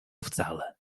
wcale